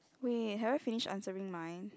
wait have you finish answering mine